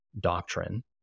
doctrine